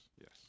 Yes